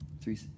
Three